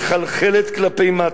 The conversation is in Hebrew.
מחלחלת כלפי מטה.